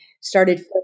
started